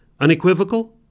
Unequivocal